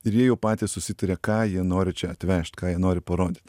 ir jie jau patys susitaria ką jie nori čia atvežt ką jie nori parodyt